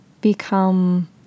become